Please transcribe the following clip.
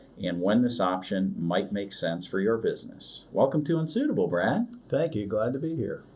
and when this option might make sense for your business. welcome to unsuitable, brad. thank you. glad to be here.